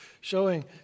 showing